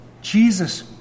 Jesus